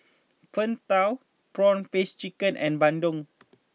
Png Tao Prawn Paste Chicken and Bandung